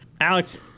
Alex